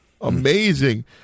amazing